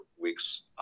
weeks